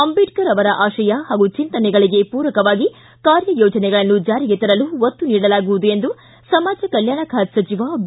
ಅಂಬೇಡ್ಕರ್ ಅವರ ಆಶಯ ಪಾಗೂ ಜಿಂತನೆಗಳಿಗೆ ಪೂರಕವಾಗಿ ಕಾರ್ಯ ಯೋಜನೆಗಳನ್ನು ಜಾರಿಗೆ ತರಲು ಒತ್ತು ನೀಡಲಾಗುವುದು ಎಂದು ಸಮಾಜ ಕಲ್ಕಾಣ ಖಾತೆ ಸಚಿವ ಬಿ